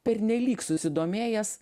pernelyg susidomėjęs